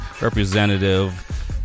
representative